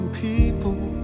people